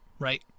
Right